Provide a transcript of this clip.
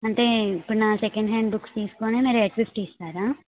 అంటే ఇప్పుడు నా సెకండ్ హ్యాండ్ బుక్స్ తీసుకోని నాకు ఎయిట్ ఫిఫ్టీ ఇస్తారా